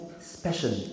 special